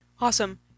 Awesome